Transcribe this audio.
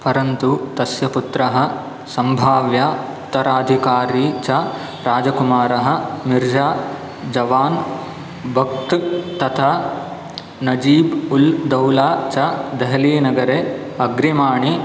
परन्तु तस्य पुत्रः सम्भाव्य उत्तराधिकारी च राजकुमारः मिर्जा जवान् बक्त् तथा नजीब् उल् दौला च देहलीनगरे अग्रिमाणि